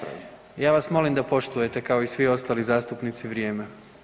Ja vas molim da poštujete kao i svi ostali zastupnici vrijeme.